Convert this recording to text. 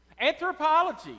Anthropology